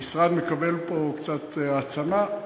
המשרד מקבל פה קצת העצמה.